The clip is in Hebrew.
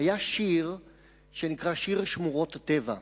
היה שיר שנקרא שיר שמורות הטבע: